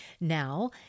now